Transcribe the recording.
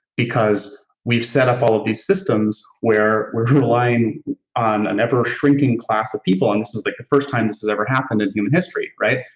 because we've set up all of these systems where we're relying on an ever-shrinking class of people, and this is like the first time this has ever happened in human history, right?